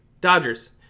Dodgers